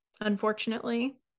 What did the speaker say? unfortunately